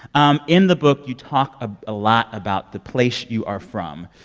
um in the book, you talk a lot about the place you are from,